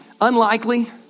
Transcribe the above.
Unlikely